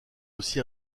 aussi